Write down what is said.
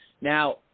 Now